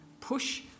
push